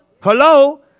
Hello